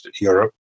Europe